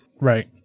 right